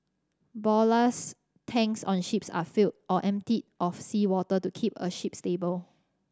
ballast tanks on ships are filled or emptied of seawater to keep a ship stable